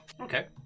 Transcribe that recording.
Okay